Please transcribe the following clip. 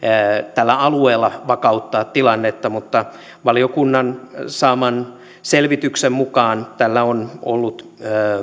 tällä alueella vakauttamaan tilannetta mutta valiokunnan saaman selvityksen mukaan tällä on ollut